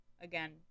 Again